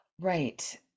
Right